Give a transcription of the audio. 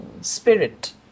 spirit